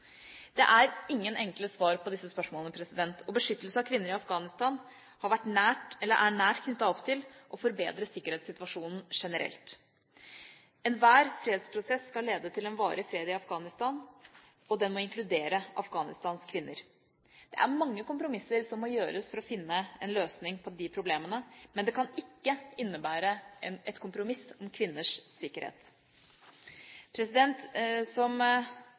Det er ingen enkle svar på disse spørsmålene, og beskyttelse av kvinner i Afghanistan er nært knyttet opp til det å forbedre sikkerhetssituasjonen generelt. Enhver fredsprosess skal lede til en varig fred i Afghanistan, og den må inkludere Afghanistans kvinner. Det er mange kompromisser som må gjøres for å finne en løsning på de problemene, men det kan ikke innebære et kompromiss om kvinners sikkerhet. Som